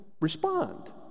respond